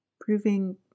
proving